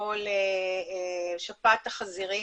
למשל לשפעת החזירים,